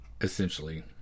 Essentially